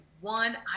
one